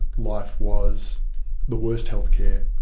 life was the worst health care,